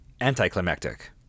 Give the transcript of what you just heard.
anticlimactic